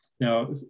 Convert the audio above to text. Now